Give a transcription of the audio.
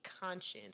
conscience